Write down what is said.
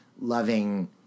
loving